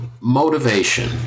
motivation